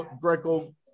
Greco